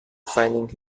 refining